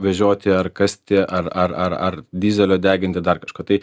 vežioti ar kasti ar ar ar ar dyzelio deginti dar kažką tai